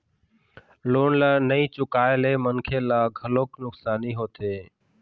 loan ल नइ चुकाए ले मनखे ल घलोक नुकसानी होथे